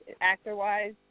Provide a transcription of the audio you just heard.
actor-wise